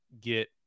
get